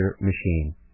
machine